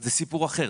זה סיפור אחר.